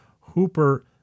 Hooper